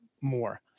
more